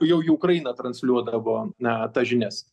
jau į ukrainą transliuodavo na tas žinias